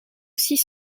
six